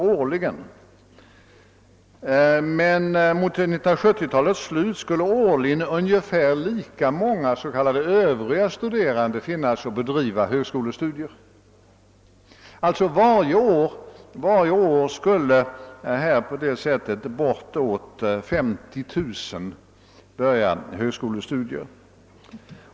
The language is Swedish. Men mot 1970-talets slut skulle årligen tillkomma ungefär lika många s.k. övriga studerande. Varje år skulle på det sättet bortåt 50 000 börja högskolestudier.